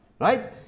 right